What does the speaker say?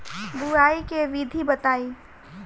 बुआई के विधि बताई?